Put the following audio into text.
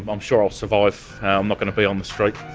i'm um sure i'll survive. i'm not going to be on the street. like